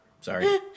sorry